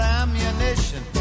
ammunition